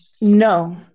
No